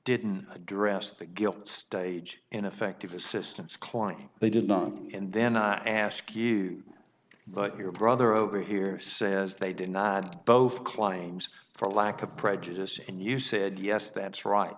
didn't address the guilt stage ineffective assistance client they did not and then i ask you but your brother over here says they did not both climbs for lack of prejudice and you said yes that's right